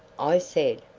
i said,